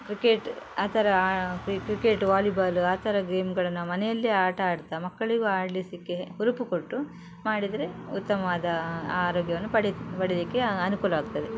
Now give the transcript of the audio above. cricket ಆ ಥರ cricket volleyball ಆ ಥರ ಗೇಮ್ಗಳನ್ನು ಮನೆಯಲ್ಲಿ ಆಟ ಆಡ್ತಾ ಮಕ್ಕಳಿಗು ಆಡಿಸಲಿಕ್ಕೆ ಹುರುಪು ಕೊಟ್ಟು ಮಾಡಿದರೆ ಉತ್ತಮವಾದ ಆರೋಗ್ಯವನ್ನು ಪಡಿ ಪಡಿಲಿಕ್ಕೆ ಅನುಕೂಲವಾಗ್ತದೆ